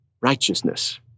righteousness